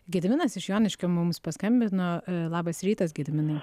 gediminas iš joniškio mums paskambino labas rytas gediminai